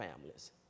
families